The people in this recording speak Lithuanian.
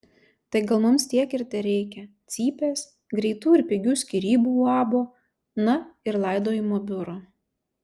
tai gal mums tiek ir tereikia cypės greitų ir pigių skyrybų uabo na ir laidojimo biuro